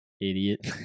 Idiot